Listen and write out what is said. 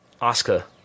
Oscar